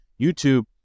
youtube